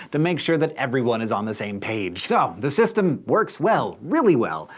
to make sure that everyone is on the same page. so, the system works well. really well.